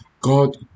God